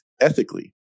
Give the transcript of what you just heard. ethically